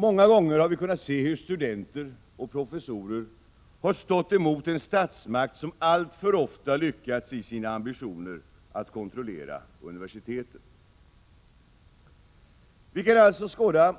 Många gånger har vi kunnat se hur studenter och professorer har stått emot en statsmakt som alltför ofta lyckats i sina ambitioner att kontrollera universiteten. Vi kan alltså,